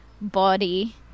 body